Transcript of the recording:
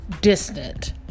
distant